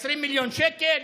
20 מיליון שקל?